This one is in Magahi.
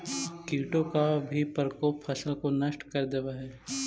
कीटों का भी प्रकोप फसल को नष्ट कर देवअ हई